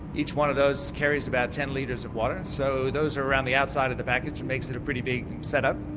each one of those carries about ten litres of water so those around the outside of the package makes it a pretty big set-up.